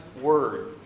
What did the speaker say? word